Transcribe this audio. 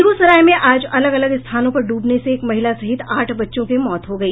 बेगूसराय में आज अलग अलग स्थानों पर डूबने से एक महिला सहित आठ बच्चों की मौत हो गई